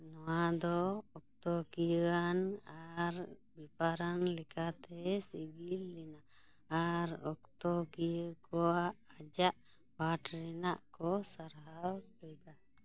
ᱱᱚᱣᱟ ᱫᱚ ᱚᱠᱛᱚ ᱠᱤᱭᱟᱹ ᱟᱱ ᱟᱨ ᱵᱮᱯᱟᱨᱟᱱ ᱞᱮᱠᱟᱛᱮ ᱥᱤᱜᱤᱞ ᱞᱮᱱᱟ ᱟᱨ ᱚᱠᱛᱚ ᱠᱤᱭᱟᱹ ᱠᱚᱣᱟᱜ ᱟᱡᱟᱜ ᱯᱟᱴᱷ ᱨᱮᱱᱟᱜ ᱠᱳ ᱥᱟᱨᱦᱟᱣ ᱞᱮᱫᱟ